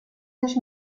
sich